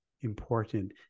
important